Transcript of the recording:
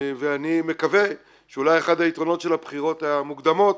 ואני מקווה שאולי אחד היתרונות של הבחירות המוקדמות,